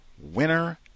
Winner